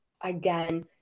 again